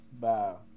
Wow